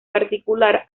particular